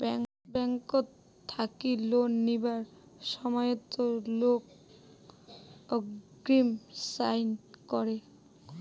ব্যাংকট থাকি লোন নিবার সময়ত লোক এগ্রিমেন্ট সই করাং